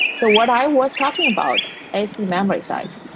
so what i was talking about is the memory side.